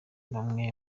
bamwe